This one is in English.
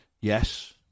Yes